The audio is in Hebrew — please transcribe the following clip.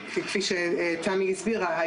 כפי שתמי הסבירה,